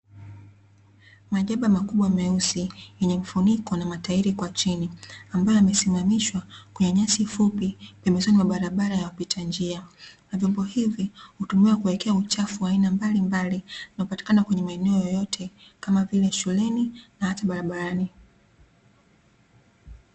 Majaba makubwa meusi, yenye mfuniko na matairi kwa chini ambayo yamesimamishwa kwenye nyasi fupi pembezoni mwa barabara ya wapita njia. Na vyombo hivi hutumiwa kuwekea uchafu wa aina mbalimbali, unaopatikana kwenye maeneo yoyote, kama vile; shuleni na hata barabarani.